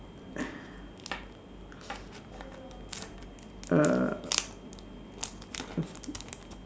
uh